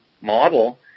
model –